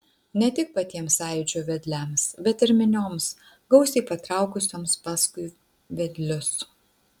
ne tik patiems sąjūdžio vedliams bet ir minioms gausiai patraukusioms paskui vedlius